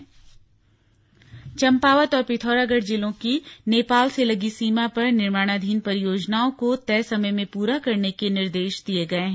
समीक्षा चम्पावत और पिथौरागढ़ जिलों की नेपाल से लगी सीमा पर निर्माणाधीन परियोजनाओं को तय समय में पूरा करने के निर्देश दिए गए हैं